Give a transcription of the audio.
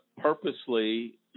purposely